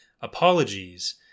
apologies